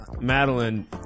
Madeline